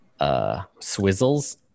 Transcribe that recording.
swizzles